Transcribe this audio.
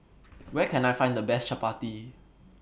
Where Can I Find The Best Chapati